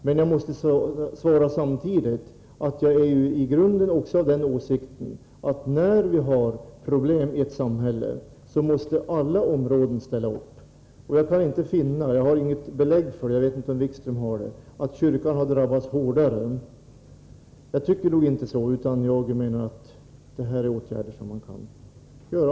Men jag måste samtidigt svara att jag i grunden är av den åsikten att alla områden måste ställa upp när vi har problem i ett samhälle. Jag har inget belägg för — jag vet inte om Jan-Erik Wikström har det — att kyrkan har drabbats hårdare än andra områden. Jag tycker nog inte det. Jag menar att det här är åtgärder som man kan vidta.